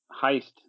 Heist